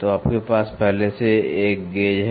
तो आपके पास पहले से ही एक गेज है